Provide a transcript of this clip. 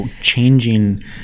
changing